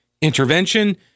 intervention